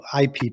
IP